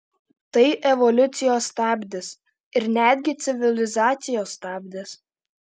tai evoliucijos stabdis ir netgi civilizacijos stabdis